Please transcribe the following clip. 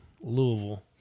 Louisville